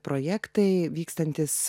projektai vykstantys